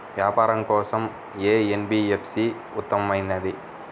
వ్యాపారం కోసం ఏ ఎన్.బీ.ఎఫ్.సి ఉత్తమమైనది?